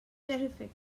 terrific